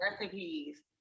recipes